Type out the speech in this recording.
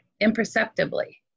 imperceptibly